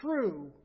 true